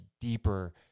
deeper